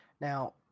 Now